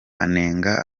anenga